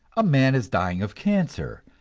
a man is dying of cancer,